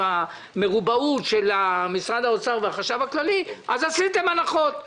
עם המרובעות של משרד האוצר והחשב הכללי אז נתתם הנחות.